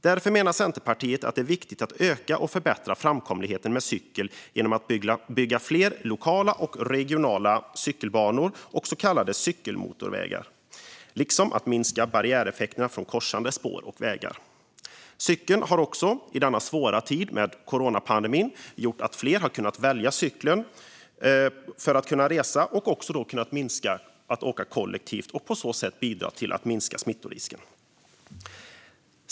Därför menar Centerpartiet att det är viktigt att öka och förbättra framkomligheten för cyklar genom att bygga fler lokala och regionala cykelbanor och så kallade cykelmotorvägar liksom att minska barriäreffekter från korsande spår och vägar. Cykeln har också i denna svåra tid med coronapandemin gjort att fler har kunnat välja cykeln för att resa och då kunnat minska det kollektiva resandet och på så sätt kunnat bidra till att minska smittorisken.